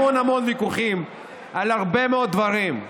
המון המון ויכוחים על הרבה מאוד דברים,